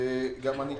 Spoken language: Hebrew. גם אני